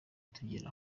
tugera